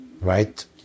right